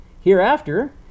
Hereafter